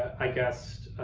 i guess,